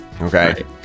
Okay